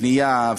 בנייה,